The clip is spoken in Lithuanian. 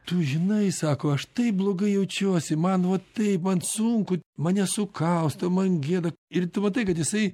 tu žinai sako aš taip blogai jaučiuosi man vat taip man sunku mane sukausto man gėda ir tu matai kad jisai